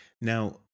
now